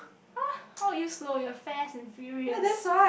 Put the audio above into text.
!huh! how are you slow you're fast and furious